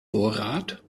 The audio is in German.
vorrat